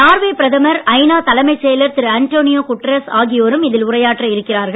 Norway பிரதமர் ஐ நா தலைமைச் செயலர் திரு அண்டோனியோ குட்டரேஸ் ஆகியோரும் இதில் உரையாற்ற இருக்கிறார்கள்